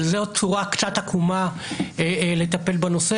אבל זאת צורה קצת עקומה לטפל בנושא,